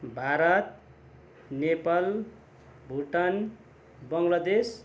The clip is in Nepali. भारत नेपाल भुटान बङलादेश